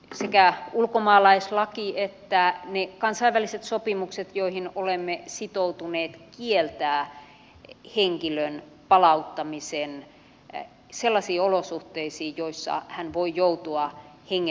meillähän sekä ulkomaalaislaki että ne kansainväliset sopimukset joihin olemme sitoutuneet kieltävät henkilön palauttamisen sellaisiin olosuhteisiin joissa hän voi joutua hengenvaaraan